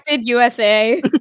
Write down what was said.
USA